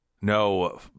no